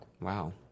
Wow